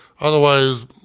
otherwise